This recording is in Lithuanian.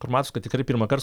kur matos kad tikrai pirmąkart